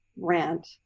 rant